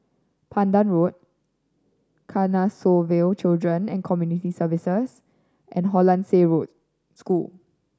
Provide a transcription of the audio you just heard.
Pandan Road Canossaville Children and Community Services and Hollandse Road School